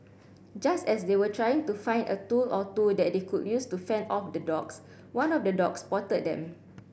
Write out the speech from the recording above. just as they were trying to find a tool or two that they could use to fend off the dogs one of the dogs spotted them